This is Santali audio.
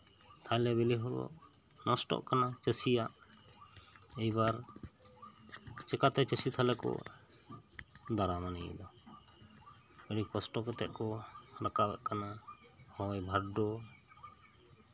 ᱛᱟᱦᱚᱞᱮ ᱵᱮᱹᱞᱮᱹ ᱦᱳᱲᱳ ᱱᱚᱥᱴᱚᱜ ᱠᱟᱱᱟ ᱪᱟᱹᱥᱤᱭᱟᱜ ᱮᱵᱟᱨ ᱪᱤᱠᱟᱛᱮ ᱪᱟᱹᱥᱤ ᱛᱟᱦᱚᱞᱮ ᱠᱚ ᱫᱟᱨᱟ ᱢᱟ ᱱᱤᱭᱟ ᱟᱹᱰᱤ ᱠᱚᱥᱴᱚ ᱠᱟᱛᱮᱫ ᱠᱚ ᱨᱟᱠᱟᱵᱮᱫ ᱠᱟᱱᱟ ᱦᱚᱭ ᱵᱷᱟᱨᱰᱳ